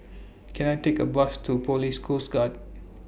Can I Take A Bus to Police Coast Guard